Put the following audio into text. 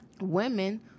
women